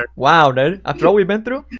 ah wow, dude. after all we've been through?